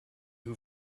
who